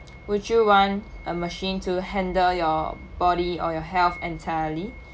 would you want a machine to handle your body or your health entirely